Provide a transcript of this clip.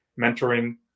mentoring